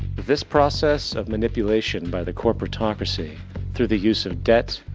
this process of manipulation by the corporatocracy through the use of debt,